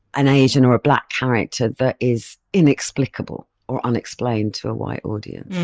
an asian or a black character that is inexplicable or unexplained to a white audience.